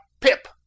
pip